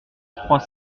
trois